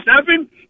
Seven